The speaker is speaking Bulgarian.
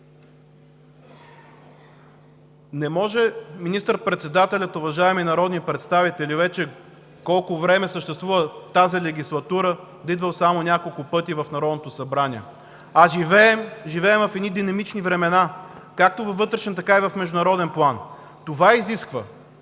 Не може министър-председателят, уважаеми народни представители, вече колко време съществува тази регислатура, да е идвал само няколко пъти в Народното събрание. Живеем в динамични времена както във вътрешен, така и в международен план. Най-малкото